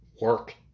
work